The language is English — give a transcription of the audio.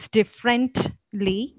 differently